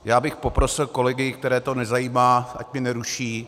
Já bych poprosil kolegy, které to nezajímá, ať neruší.